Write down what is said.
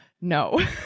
no